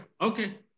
Okay